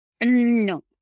No